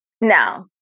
No